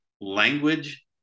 language